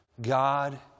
God